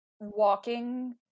Walking